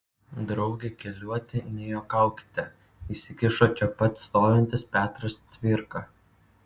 drauge keliuoti nejuokaukite įsikišo čia pat stovintis petras cvirka